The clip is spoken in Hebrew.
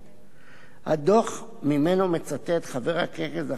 הדוח שממנו מצטט חבר הכנסת זחאלקה הינו